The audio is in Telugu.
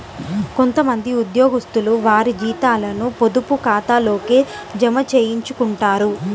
కొంత మంది ఉద్యోగస్తులు వారి జీతాలను పొదుపు ఖాతాల్లోకే జమ చేయించుకుంటారు